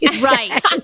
Right